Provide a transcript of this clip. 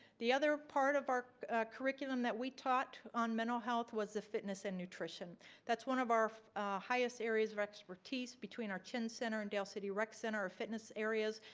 the other part of our curriculum that we taught on mental health was the fitness and nutrition that's one of our highest areas of expertise between our chin center and dale city rec center fitness areas.